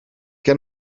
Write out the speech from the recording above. ken